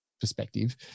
perspective